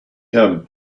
him